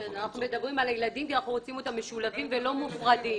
אנחנו מדברים על הילדים שאנחנו רוצים אותם משולבים ולא מופרדים.